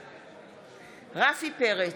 בעד רפי פרץ,